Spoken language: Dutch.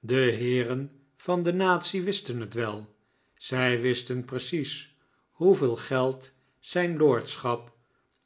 de heeren van de natie wisten het wel zij wisten precies hoeveel geld zijn lordschap